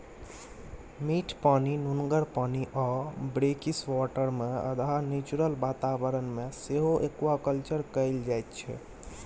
मीठ पानि, नुनगर पानि आ ब्रेकिसवाटरमे अधहा नेचुरल बाताबरण मे सेहो एक्वाकल्चर कएल जाइत छै